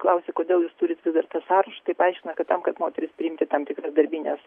klausi kodėl jūs turit vis dar tą sąrašą tai paaiškina kad tam kad moteris priimt į tam tikras darbines